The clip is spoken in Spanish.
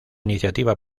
iniciativa